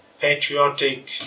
patriotic